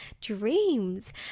dreams